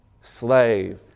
slave